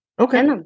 okay